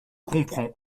comprend